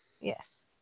Yes